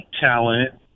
talent